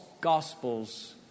gospels